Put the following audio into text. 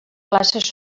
classes